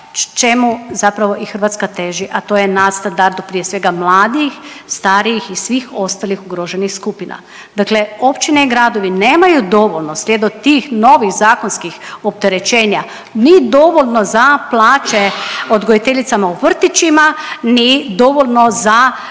čemu zapravo i Hrvatska teži, a to je na standardu prije svega mladih, starijih i svih ostalih ugroženih skupina. Dakle općine i gradovi nemaju dovoljno slijedom tih novih zakonskih opterećenja ni dovoljno za plaće odgojiteljicama u vrtićima, ni dovoljno za